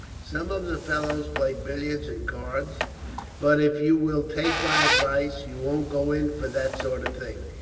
some of the fellows play billiards and cards but if you will take my advice, you won't go in for that sort of thing.